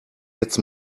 jetzt